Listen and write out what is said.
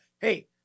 hey